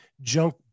junk